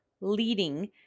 leading